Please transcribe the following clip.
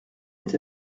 est